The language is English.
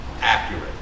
accurate